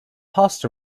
passed